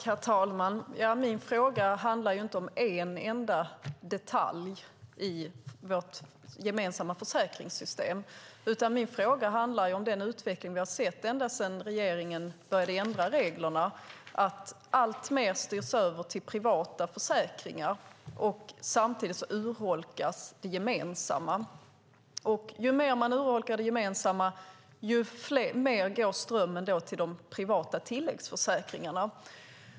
Herr talman! Min fråga handlar inte om en enda detalj i vårt gemensamma försäkringssystem. Min fråga handlar om den utveckling vi har sett ända sedan regeringen började ändra reglerna. Alltmer styrs över till privata försäkringar, och samtidigt urholkas det gemensamma. Ju mer man urholkar det gemensamma, desto starkare går strömmen till de privata tilläggsförsäkringarna.